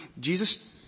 Jesus